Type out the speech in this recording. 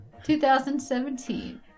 2017